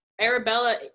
Arabella